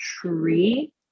tree